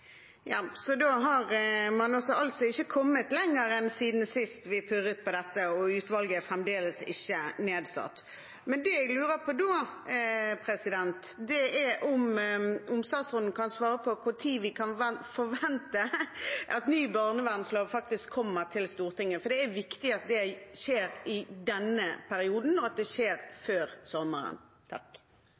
Så da har man altså ikke kommet lenger enn siden sist vi purret på dette, og utvalget er fremdeles ikke nedsatt. Det jeg lurer på da, er om statsråden kan svare på når vi kan forvente at ny barnevernslov faktisk kommer til Stortinget, for det er viktig at det skjer i denne perioden, og at det skjer før sommeren.